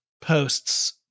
posts